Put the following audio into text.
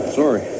sorry